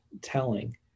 telling